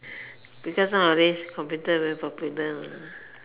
because nowadays computer very popular